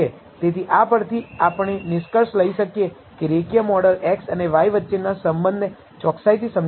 તેથી આ પરથી આપણે નિષ્કર્ષ લઈ શકીએ કે રેખીય મોડલ x અને y વચ્ચેના સંબંધને ચોકસાઈથી સમજાવે છે